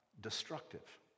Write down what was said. destructive